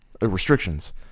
restrictions